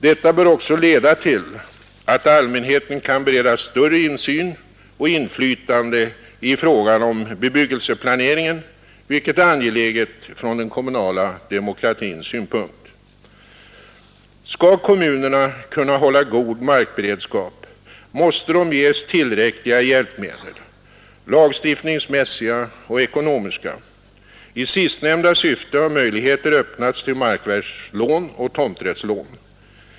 Detta bör också leda till att allmänheten kan beredas större insyn och inflytande i fråga om bebyggelseplaneringen, vilket är angeläget från den kommunala demokratins synpunkt. Skall kommunerna kunna hålla god markberedskap, måste de ges tillräckliga hjälpmedel — lagstiftningsmässiga och ekonomiska. I sistnämnda syfte har möjligheter öppnats till markförvärvslån och tomträttslån.